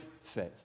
faith